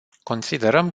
considerăm